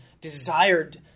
desired